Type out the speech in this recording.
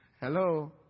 Hello